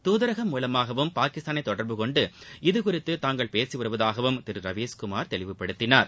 தூதரகம் மூலமாகவும் பாகிஸ்தானை தொடர்புகொண்டு இது குறித்து தாங்கள் பேசி வருவதாகவும் திரு ரவீஸ் குமார் தெரிவித்தார்